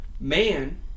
Man